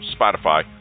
Spotify